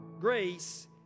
Grace